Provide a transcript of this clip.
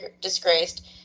disgraced